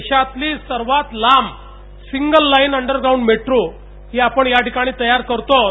देशातली सर्वात लांब सिंगललाईन अंडर्गाऊंड मेट्रो ही आपण या ठिकाणी तयार करतो आहोत